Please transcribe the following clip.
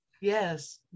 Yes